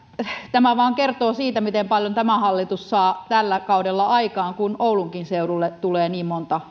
tämä vain kertoo siitä miten paljon tämä hallitus saa tällä kaudella aikaan kun oulunkin seudulle tulee niin monta